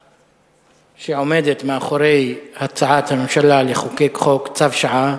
שהסיבה שעומדת מאחורי הצעת הממשלה לחוקק חוק צו שעה